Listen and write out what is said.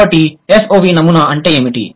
కాబట్టి SOV నమూనా అంటే ఏమిటి